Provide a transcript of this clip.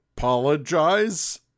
Apologize